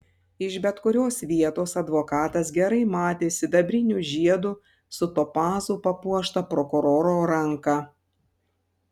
iš bet kurios vietos advokatas gerai matė sidabriniu žiedu su topazu papuoštą prokuroro ranką